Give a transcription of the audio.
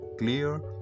clear